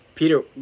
Peter